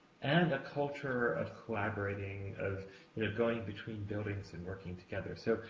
and a culture of collaborating, of going between buildings and working together. so,